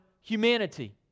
humanity